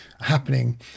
happening